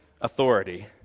authority